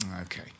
Okay